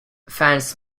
fans